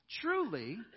Truly